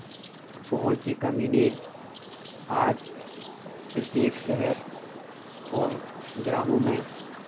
पहुँच की कमी ने आज प्रत्येक शहर और ग्रामों में